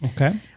Okay